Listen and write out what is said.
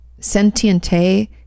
sentiente